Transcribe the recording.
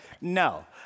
no